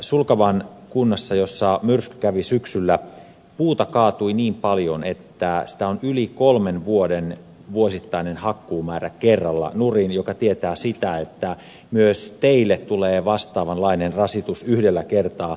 sulkavan kunnassa jossa myrsky kävi syksyllä puuta kaatui niin paljon että sitä on yli kolmen vuoden vuosittainen hakkuumäärä kerralla nurin mikä tietää sitä että myös teille tulee vastaavanlainen rasitus yhdellä kertaa